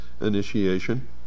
initiation